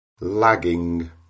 lagging